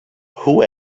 who